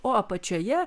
o apačioje